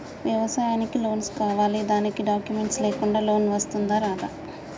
వ్యవసాయానికి లోన్స్ కావాలి దానికి డాక్యుమెంట్స్ లేకుండా లోన్ వస్తుందా రాదా?